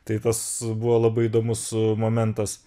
tai tas buvo labai įdomus momentas